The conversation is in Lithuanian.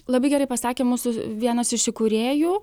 labai gerai pasakė mūsų vienas iš įkūrėjų